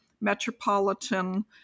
Metropolitan